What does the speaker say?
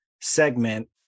segment